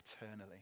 eternally